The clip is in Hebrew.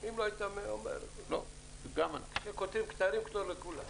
אם לא היית אומר --- כשקושרים כתרים צריך לכתור לכולם.